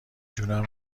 جونم